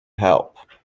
help